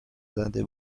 زده